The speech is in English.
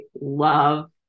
love